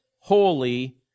holy